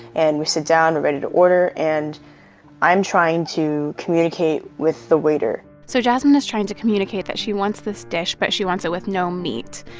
and we sit down, we're ready to order, and i'm trying to communicate with the waiter so jasmine is trying to communicate that she wants this dish, but she wants it with no meat,